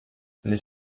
les